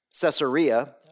Caesarea